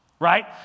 Right